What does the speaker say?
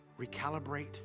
Recalibrate